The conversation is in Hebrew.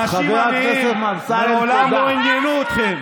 אנשים חולים, אנשים עניים, מעולם לא עניינו אתכם.